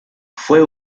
fue